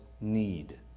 need